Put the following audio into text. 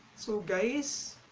so guys